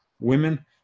women